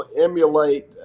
emulate